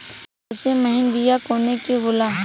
सबसे महीन बिया कवने के होला?